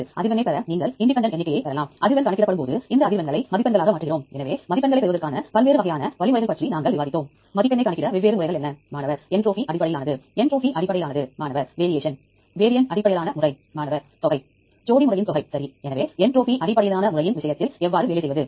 எனவே நீங்கள் கையேட்டை திறந்தால் நீங்கள் பார்க்கலாம் எனவே அவர்கள் சமர்ப்பிப்பதற்கான இணைப்பை வழங்கியுள்ளனர் மேலும் DDBJ வில் உங்கள் டேட்டாவை எவ்வாறு சமர்ப்பிப்பது பற்றிய விவரங்களையும் கொடுத்துள்ளனர்